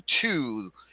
two